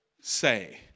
say